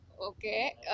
Okay